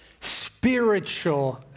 spiritual